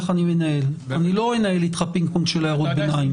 אני לא מנהל פינג פונג של הערות ביניים.